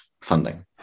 funding